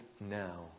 now